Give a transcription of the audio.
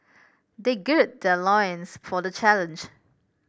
they gird their loins for the challenge